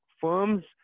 firms